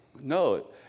no